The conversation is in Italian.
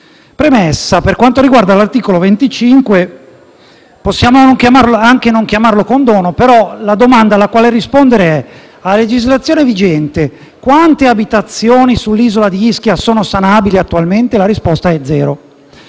premessa, per quanto riguarda l’articolo 25, possiamo anche non chiamarlo condono, però la domanda alla quale rispondere è la seguente: a legislazione vigente, quante abitazioni sull’isola di Ischia sono sanabili attualmente? La risposta è zero.